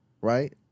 right